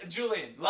Julian